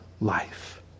life